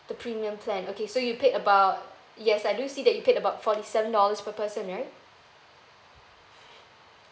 the premium plan okay so you paid about yes I do see that you paid about forty seven dollars per person right